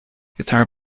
guitar